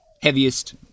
Heaviest